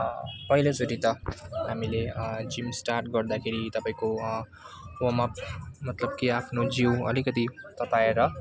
पहलोचोटि त हामीले gym start गर्दाखेरि तपाईँको वार्मअप मतलब त्यो आफ्नो जिउ अलिकति तताएर